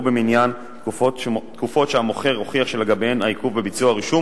במניין תקופות שהמוכר הוכיח לגביהן שהעיכוב בביצוע הרישום